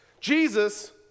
Jesus